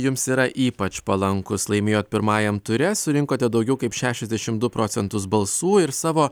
jums yra ypač palankūs laimėjot pirmajame ture surinkote daugiau kaip šešiasdešimt du procentus balsų ir savo